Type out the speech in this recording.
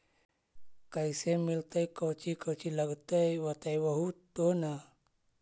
कैसे मिलतय कौची कौची लगतय बतैबहू तो न?